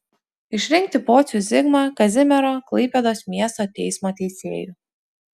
išrinkti pocių zigmą kazimiero klaipėdos miesto teismo teisėju